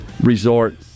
Resort